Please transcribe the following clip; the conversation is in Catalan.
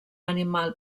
animal